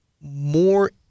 more